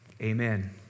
Amen